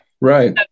Right